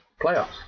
playoffs